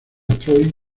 troy